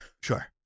Sure